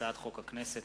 הצעת חוק הכנסת